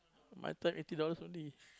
my time eighty dollars only